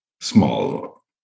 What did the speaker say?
small